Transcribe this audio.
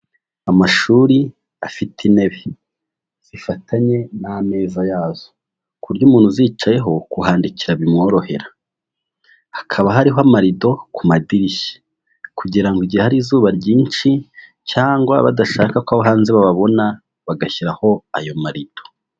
Amashuri afite intebe zifatanye n'ameza yazo, ku buryo umuntu uzicayeho kuhandikira bimworohera, hakaba hariho amarido ku madirishya kugira ngo igihe hari izuba ryinshi cyangwa badashaka ko abop hanze bababona, bagashyiraho ayo marido.